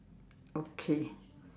okay